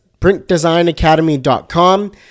printdesignacademy.com